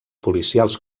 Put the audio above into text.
policials